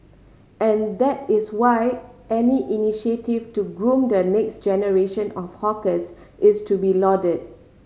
and that is why any initiative to groom the next generation of hawkers is to be lauded